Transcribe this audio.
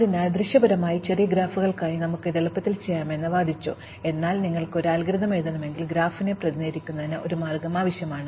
അതിനാൽ ദൃശ്യപരമായി ചെറിയ ഗ്രാഫുകൾക്കായി ഞങ്ങൾക്ക് ഇത് എളുപ്പത്തിൽ ചെയ്യാമെന്ന് ഞങ്ങൾ വാദിച്ചു എന്നാൽ നിങ്ങൾക്ക് ഒരു അൽഗോരിതം എഴുതണമെങ്കിൽ ഗ്രാഫിനെ പ്രതിനിധീകരിക്കുന്നതിന് ഞങ്ങൾക്ക് ഒരു മാർഗം ആവശ്യമാണ്